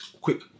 quick